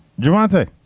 Javante